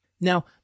Now